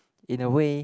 in a way